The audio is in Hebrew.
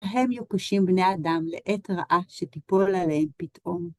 כהם יוקשים בני האדם לעת רעה כשתיפול עליהם פתאום.